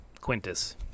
Quintus